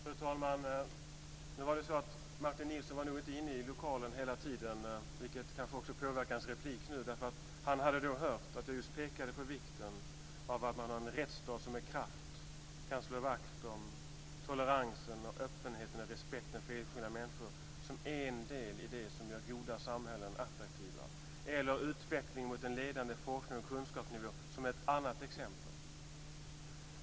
Fru talman! Martin Nilsson var nog inte inne i lokalen hela tiden, vilket kanske påverkar hans replik. Han hade då hört att jag just pekade på vikten av att man har en rättsstat som med kraft kan slå vakt om toleransen, öppenheten och respekten för enskilda människor som en del i det som gör goda samhällen attraktiva eller utvecklingen mot en ledande forsknings och kunskapsnivå som ett annat exempel.